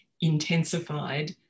intensified